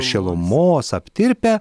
šilumos aptirpę